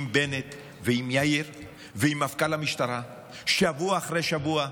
עם בנט, עם יאיר ועם מפכ"ל המשטרה שבוע אחרי שבוע.